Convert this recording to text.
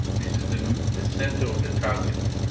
this is the the center of the target.